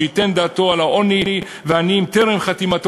שייתן דעתו על העוני והעניים טרם חתימתו